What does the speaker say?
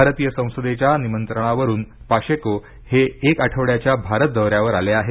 भारतीय संसदेच्या निमंत्रणावरून पाशेको हे एक आठवड्याच्या भारत दौऱ्यावर आले आहेत